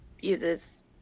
uses